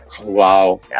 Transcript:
Wow